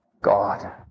God